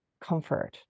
comfort